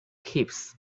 keeps